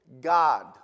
God